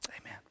Amen